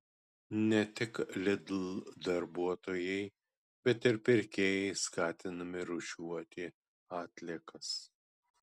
ne tik lidl darbuotojai bet ir pirkėjai skatinami rūšiuoti atliekas